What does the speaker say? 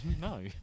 No